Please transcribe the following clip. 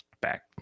back